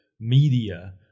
media